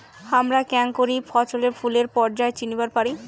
হামরা কেঙকরি ফছলে ফুলের পর্যায় চিনিবার পারি?